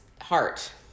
heart